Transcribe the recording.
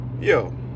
yo